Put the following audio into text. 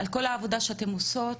על כל העבודה שאתן עושות,